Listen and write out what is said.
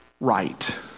right